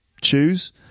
choose